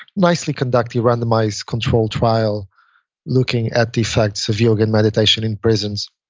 nicely conducted randomized control trial looking at the effects of yoga and meditation in prisons.